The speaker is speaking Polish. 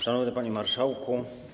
Szanowny Panie Marszałku!